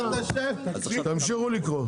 תמשיכו לקרוא.